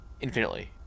infinitely